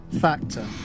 Factor